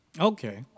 Okay